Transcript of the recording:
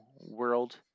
world